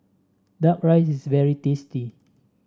duck rice is very tasty